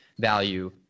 value